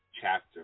chapter